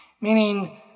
Meaning